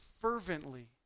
Fervently